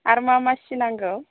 आर मा मा सि नांगौ